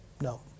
no